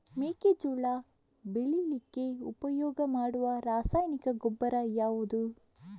ಮೆಕ್ಕೆಜೋಳ ಬೆಳೀಲಿಕ್ಕೆ ಉಪಯೋಗ ಮಾಡುವ ರಾಸಾಯನಿಕ ಗೊಬ್ಬರ ಯಾವುದು?